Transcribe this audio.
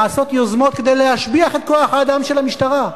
נעשות יוזמות כדי להשביח את כוח האדם של המשטרה.